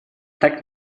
так